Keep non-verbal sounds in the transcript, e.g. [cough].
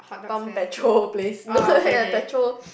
pump petrol place no [laughs] petrol